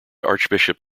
archbishop